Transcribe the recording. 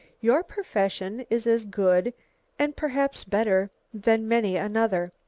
your profession is as good and perhaps better than many another.